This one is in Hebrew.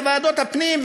לוועדת הפנים,